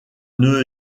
nœud